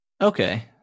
Okay